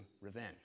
revenge